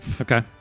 Okay